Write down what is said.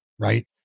right